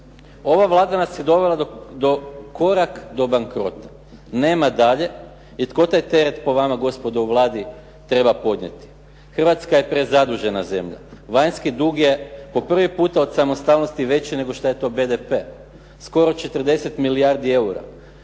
Ova Vlada nas je dovela korak do bankrota, nema dalje i tko taj teret po vama gospodo u Vladi treba podnijeti. Hrvatska je prezadužena zemlje, vanjski dug je po prvi puta od samostalnosti veći nego što je to BDP, skoro 40 milijardi eura.